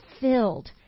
filled